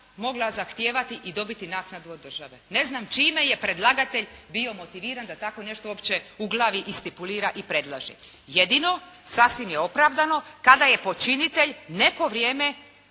mogla zahtijevati i dobiti naknadu od države. Ne znam čime je predlagatelj bio motiviran, da tako nešto uopće uglavi i stipulira i predlaže. Jedino, sasvim je opravdano, kada je počinitelj neko vrijeme